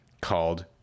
called